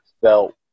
felt